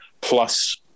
Plus